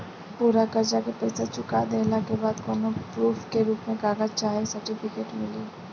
पूरा कर्जा के पईसा चुका देहला के बाद कौनो प्रूफ के रूप में कागज चाहे सर्टिफिकेट मिली?